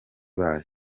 bayo